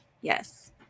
Yes